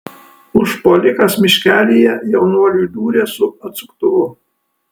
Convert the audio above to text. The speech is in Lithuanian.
užpuolikas miškelyje jaunuoliui dūrė su atsuktuvu